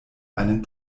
einen